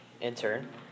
intern